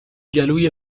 گلوی